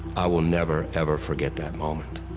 i will never, ever forget that moment.